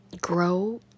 grow